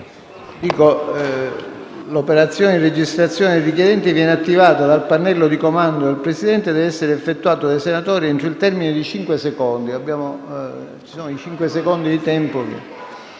«L'operazione di registrazione dei richiedenti viene attivata dal pannello di comando del Presidente e deve essere effettuata dai senatori entro il termine di cinque secondi. Coloro che intendono